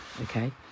okay